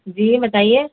جی بتائیے